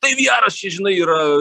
tai viaras čia žinai yra